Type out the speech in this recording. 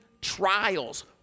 trials